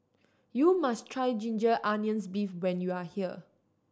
you must try ginger onions beef when you are here